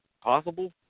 possible